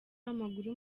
w’amaguru